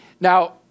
Now